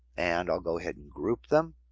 and i'll go ahead and group them.